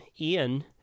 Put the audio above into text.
Ian